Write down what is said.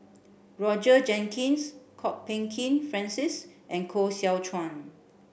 Roger Jenkins Kwok Peng Kin Francis and Koh Seow Chuan